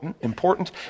important